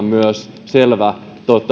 myös selvän